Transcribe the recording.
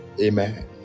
Amen